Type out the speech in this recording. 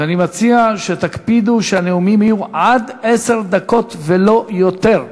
ואני מציע שתקפידו שהנאומים יהיו עד עשר דקות ולא יותר.